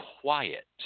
quiet